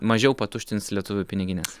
mažiau patuštins lietuvių pinigines